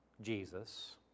Jesus